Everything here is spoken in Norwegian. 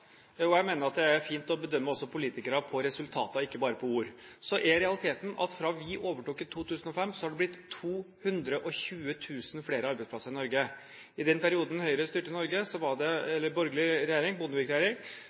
jeg mener at det er fint å bedømme også politikere ut fra resultater og ikke bare ord – så er realiteten at fra vi overtok i 2005, har det blitt 220 000 flere arbeidsplasser i Norge. I den perioden Bondevik-regjeringen styrte Norge, var det